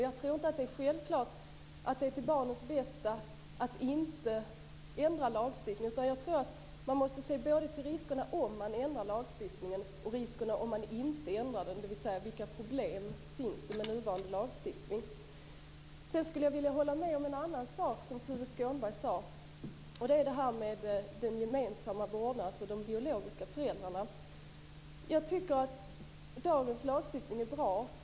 Jag tror inte att det är självklart att man ser till barnets bästa om man inte ändrar lagstiftningen. Man måste både se till riskerna om man ändrar lagstiftningen och om man inte ändrar den. Vilka problem finns det med nuvarande lagstiftning? Sedan skulle jag vilja hålla med om en annan sak som Tuve Skånberg sade, och det gäller gemensam vårdnad för biologiska föräldrar. Jag tycker att dagens lagstiftning är bra.